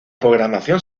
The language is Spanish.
programación